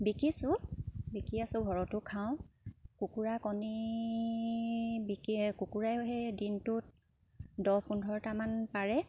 বিকিছোঁ বিকি আছোঁ ঘৰতো খাওঁ কুকুৰা কণী বিকি কুকুৰাও সেই দিনটোত দহ পোন্ধৰটামান পাৰে